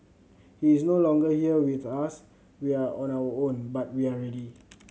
he is no longer here with us we are on our own but we are ready